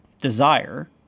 desire